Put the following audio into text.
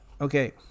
Okay